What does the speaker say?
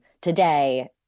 today